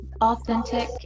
authentic